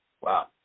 Wow